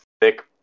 thick